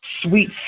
Sweet